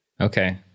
Okay